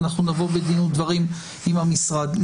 ואנחנו נבוא בדין ודברים עם המשרד.